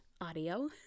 audio